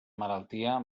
malaltia